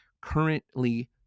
currently